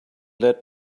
let